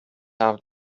out